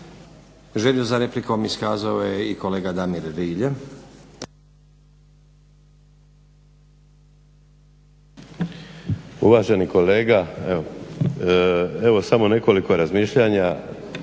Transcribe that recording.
Želju za replikom iskazao je i kolega Damir Rilje. **Rilje, Damir (SDP)** Uvaženi kolega evo samo nekoliko razmišljanja